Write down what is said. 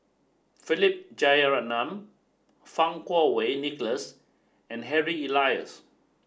Philip Jeyaretnam Fang Kuo Wei Nicholas and Harry Elias